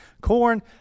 corn